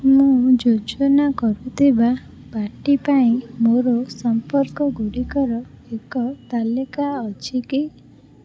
ମୁଁ ଯୋଜନା କରୁଥିବା ପାର୍ଟି ପାଇଁ ମୋର ସମ୍ପର୍କଗୁଡ଼ିକର ଏକ ତାଲିକା ଅଛି କି